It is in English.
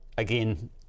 again